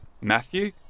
Matthew